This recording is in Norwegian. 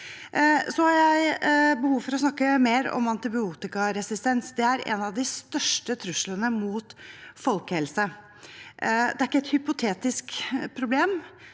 Jeg har behov for å snakke mer om antibiotikaresistens. Det er en av de største truslene mot folkehelsen. Det er ikke et hypotetisk problem.